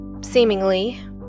seemingly